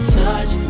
touch